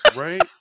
Right